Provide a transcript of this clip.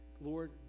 Lord